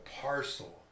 parcel